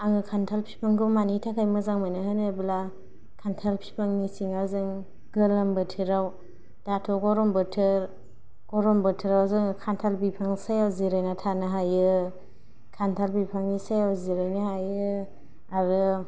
आङो खान्थाल बिफांखौ मानि थाखाय मोजां मोनो होनोब्ला खान्थाल फिफांनि सिङाव जों गोलोम बोथोराव दाथ' गरम बोथोर गरम बोथोराव जोङो खान्थाल बिफां सायायाव जिरायनानै थानो हायो खान्थाल बिफांनि सायायाव जिरायनो हायो आरो